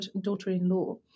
daughter-in-law